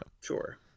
sure